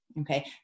okay